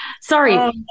Sorry